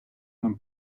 нам